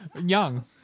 Young